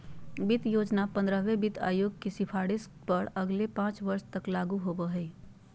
वित्त योजना पंद्रहवें वित्त आयोग के सिफारिश पर अगले पाँच वर्ष तक लागू होबो हइ